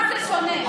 מה זה שונה?